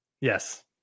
Yes